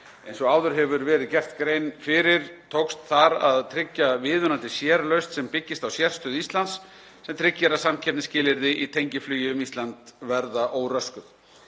Eins og áður hefur verið gert grein fyrir tókst þar að tryggja viðunandi sérlausn sem byggist á sérstöðu Íslands sem tryggir að samkeppnisskilyrði í tengiflugi um Ísland verða óröskuð.